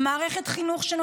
מערכת חינוך שמלמדת לערכים האלה,